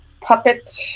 puppet